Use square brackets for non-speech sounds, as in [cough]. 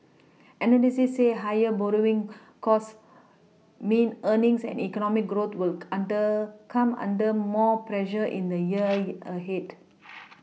[noise] analysts say higher borrowing costs mean earnings and economic growth will under come under more pressure in the year [noise] yeah ahead